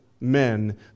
men